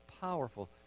powerful